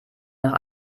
nach